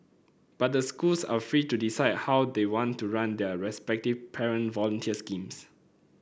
but the schools are free to decide how they want to run their respective parent volunteer schemes